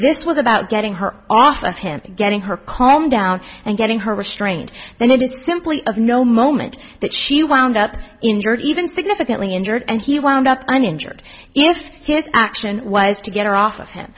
this was about getting her off of him getting her calmed down and getting her restrained then it is simply of no moment that she wound up injured even significantly injured and he wound up uninjured if his action was to get her off of